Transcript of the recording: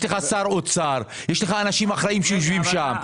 שר אוצר ואנשים אחראים שיושבים שם.